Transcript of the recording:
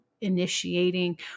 initiating